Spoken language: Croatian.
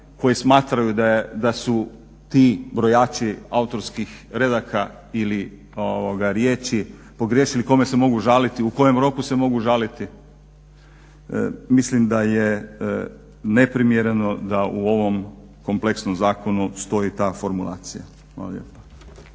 koji smatraju da su ti brojači autorskih redaka ili riječi pogriješili kome se mogu žaliti, u kojem roku se mogu žaliti. Mislim da je neprimjereno da u ovom kompleksnom zakonu stoji ta formulacija.